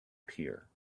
pier